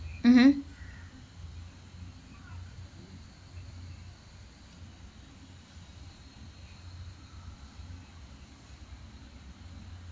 mmhmm